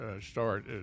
start